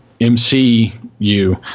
MCU